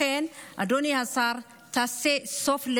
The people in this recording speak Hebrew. לכן, אדוני השר, תעשה לזה סוף.